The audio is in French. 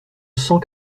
cent